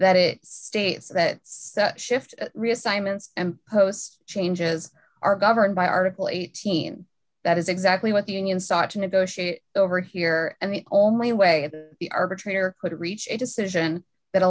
that it states that shift reassignments imposed changes are governed by article eighteen that is exactly what the union sought to negotiate over here and the only way the arbitrator could reach a decision that